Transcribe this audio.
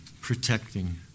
protecting